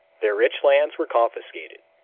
their rich lands were confiscated.